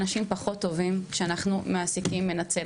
אנשים פחות טובים כשאנחנו מעסיקים בניצול.